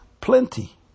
plenty